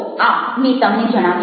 તો આ મેં તમને જણાવ્યું છે